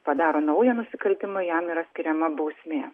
padaro naują nusikaltimą jam yra skiriama bausmė